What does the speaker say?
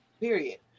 period